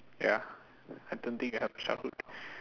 ya I don't think I have a childhood